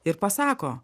ir pasako